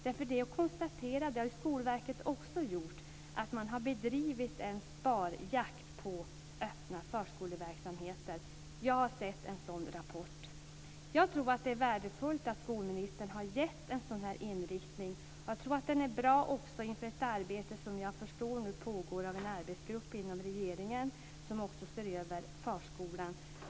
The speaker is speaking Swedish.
Man har ju konstaterat - och det har ju Skolverket också gjort - att man har bedrivit en sparjakt på öppna förskoleverksamheter. Jag har sett en sådan rapport. Jag tror att det är värdefullt att skolministern har angett en sådan här inriktning. Jag tror att det är bra också för det arbete jag förstår nu bedrivs av en arbetsgrupp inom regeringen som också ser över förskolan.